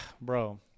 Bro